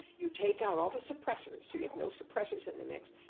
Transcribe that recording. you take out all the suppressors, so you have no suppressors in the mix,